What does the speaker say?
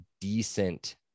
decent